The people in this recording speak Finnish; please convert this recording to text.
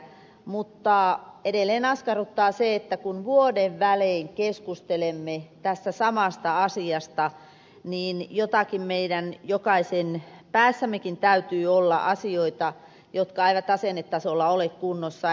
mutta edelleen askarruttaa se että kun vuoden välein keskustelemme tässä samasta asiasta niin meidän jokaisen päässämmekin täytyy olla joitakin asioita jotka eivät asennetasolla ole kunnossa